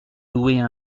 louer